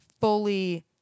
fully